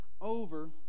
over